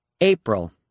April